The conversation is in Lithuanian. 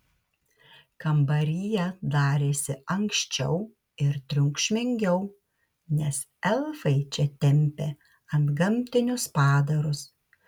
kambaryje darėsi ankščiau ir triukšmingiau nes elfai čia tempė antgamtinius padarus